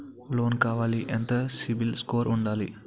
Loan కావాలి ఎంత CIBIL score ఉండాలి?